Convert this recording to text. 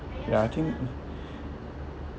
ya I think